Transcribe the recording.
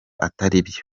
atariyo